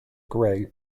grey